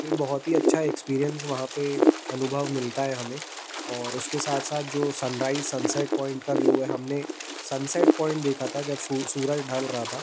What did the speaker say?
एक बहुत ही अच्छा एक्सपीरियंस वहाँ पे अनुभव मिलता है हमें और उसके साथ साथ जो सनराइज सनसेट पॉइंट का व्यू है हमने सनसेट पॉइंट देखा था जब सूरज ढल रहा था